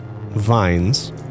vines